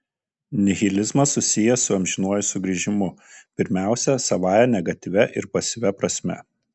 nihilizmas susijęs su amžinuoju sugrįžimu pirmiausia savąja negatyvia ir pasyvia prasme